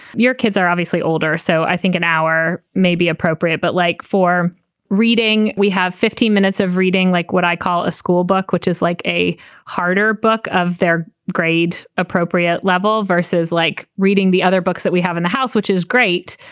your kids are obviously older, so i think an hour may be appropriate. but like for reading, we have fifteen minutes of reading like what i call a school book, which is like a harder book of their grade appropriate level versus like reading the other books that we have in the house, which is great.